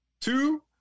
two